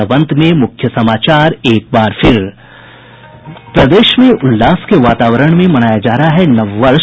और अब अंत में मुख्य समाचार एक बार फिर प्रदेश में उल्लास के वातावरण में मनाया जा रहा है नववर्ष